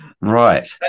right